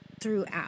throughout